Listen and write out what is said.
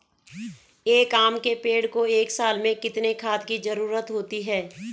एक आम के पेड़ को एक साल में कितने खाद की जरूरत होती है?